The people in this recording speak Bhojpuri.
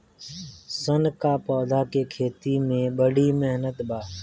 सन क पौधा के खेती में बड़ी मेहनत बा